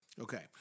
Okay